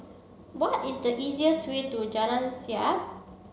what is the easiest way to Jalan Siap